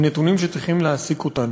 הם נתונים שצריכים להעסיק אותנו.